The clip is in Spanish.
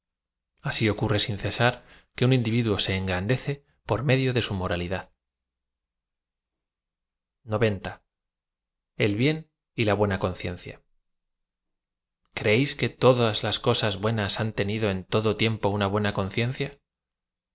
l ocurre sin cesar que un individuo ae engrandece por medio de su moralidad el bien y la contienda oreéis que todoa las coaas buenas han tenido en todo tiempo una buena conciencia